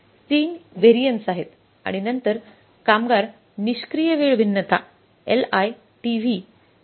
हे 3 व्हॅरियन्स आहेत आणि नंतर कामगार निष्क्रिय वेळ भिन्नता LITV